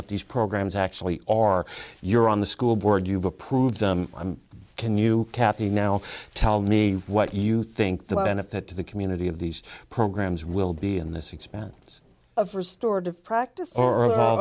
what these programs actually are you're on the school board you've approved can you kathy now tell me what you think the benefit to the community of these programs will be in this expense of restored practice or